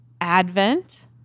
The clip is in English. Advent